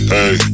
Hey